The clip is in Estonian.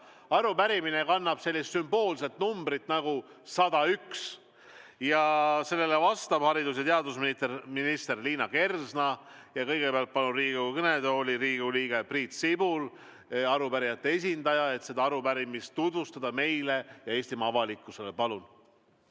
Arupärimine kannab sellist sümboolset numbrit nagu 101 ja sellele vastab haridus- ja teadusminister Liina Kersna. Kõigepealt palun Riigikogu kõnetooli Riigikogu liikme Priit Sibula, arupärijate esindaja, et seda arupärimist tutvustada meile ja Eestimaa avalikkusele. Palun!